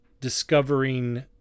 discovering